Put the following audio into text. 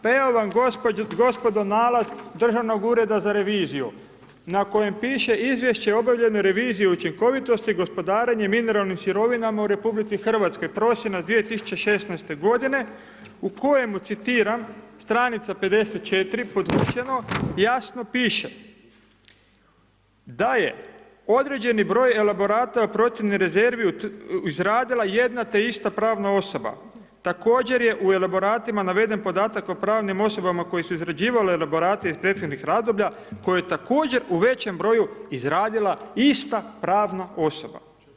Pa evo vam gospodo nalaz Državnog ureda za reviziju, na kojem piše Izvješće o obavljenoj reviziji učinkovitosti gospodarenjem mineralnim sirovinama u Republici Hrvatskoj, prosinac 2016. godine, u kojemu citiram: “Stranica 54., podvučeno jasno piše, da je određeni broj elaborata procjene rezervi izradila jedna te ista pravna osoba, također je u elaboratima naveden podatak o pravnim osobama koji su izrađivali elaborate iz prethodnih razdoblja, koje također u većem broju izradila ista pravna osoba.